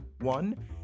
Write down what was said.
one